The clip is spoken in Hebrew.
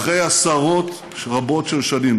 אחרי עשרות רבות של שנים,